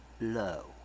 low